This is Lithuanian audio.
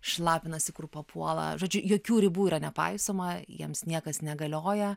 šlapinasi kur papuola žodžiu jokių ribų yra nepaisoma jiems niekas negalioja